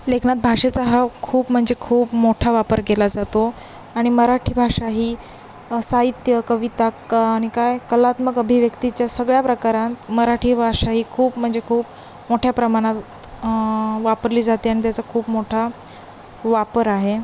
लेखनात भाषेचा हा खूप म्हणजे खूप मोठा वापर केला जातो आणि मराठी भाषा ही साहित्य कविता क आणि काय कलात्मक अभिव्यक्तीच्या सगळ्या प्रकारांत मराठी भाषा ही खूप म्हणजे खूप मोठ्या प्रमाणात वापरली जाते आणि त्याचा खूप मोठा वापर आहे